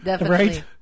right